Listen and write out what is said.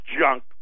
junk